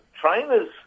trainers